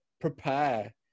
prepare